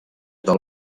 del